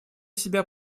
себя